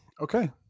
Okay